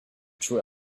true